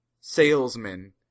salesman